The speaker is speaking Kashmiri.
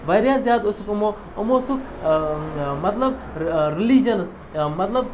واریاہ زیادٕ اوسُکھ یِمو یِمو اوسُکھ مطلب رِلِجَنَس مطلب